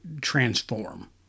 transform